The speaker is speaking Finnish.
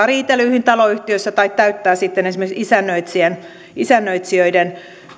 riitelyihin taloyhtiöissä tai täyttää sitten esimerkiksi isännöitsijöiden isännöitsijöiden